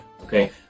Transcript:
Okay